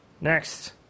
Next